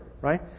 right